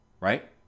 Right